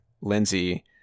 Lindsay